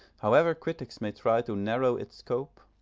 however critics may try to narrow its scope,